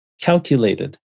calculated